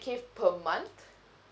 K per month